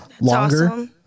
longer